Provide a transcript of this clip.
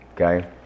Okay